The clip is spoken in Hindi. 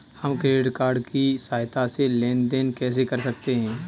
हम क्रेडिट कार्ड की सहायता से लेन देन कैसे कर सकते हैं?